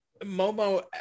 Momo